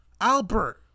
Albert